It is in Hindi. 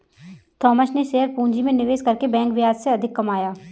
थॉमस ने शेयर पूंजी में निवेश करके बैंक ब्याज से अधिक कमाया